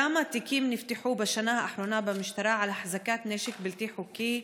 4. כמה תיקים נפתחו בשנה האחרונה במשטרה על החזקת נשק בלתי חוקי?